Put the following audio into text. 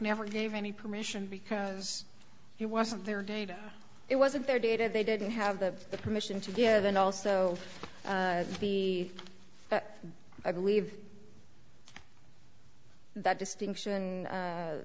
never gave any permission because he wasn't their data it wasn't their data they didn't have the permission to give and also be i believe that distinction